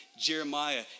Jeremiah